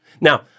Now